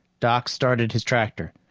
doc started his tractor,